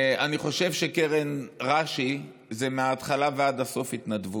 אני חושב שקרן רש"י זה מההתחלה ועד הסוף התנדבות,